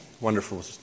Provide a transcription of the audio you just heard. Wonderful